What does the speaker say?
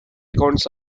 accounts